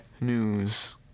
news